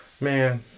man